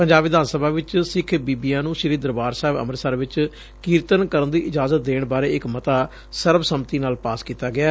ਪੰਜਾਬ ਵਿਧਾਨ ਸਭਾ ਚ ਸਿੱਖ ਬੀਬੀਆਂ ਨੂੰ ਸ੍ਰੀ ਦਰਬਾਰ ਸਾਹਿਬ ਅੰਮ੍ਰਿਤਸਰ ਚ ਕੀਰਤਨ ਕਰਨ ਦੀ ਇਜਾਜ਼ਤ ਦੇਣ ਬਾਰੇ ਇਕ ਮੱਤਾ ਸਰਬ ਸੰਮਤੀ ਨਾਲ ਪਾਸ ਕੀਤਾ ਗਿਐ